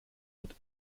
wird